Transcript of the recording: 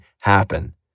happen